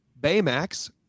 Baymax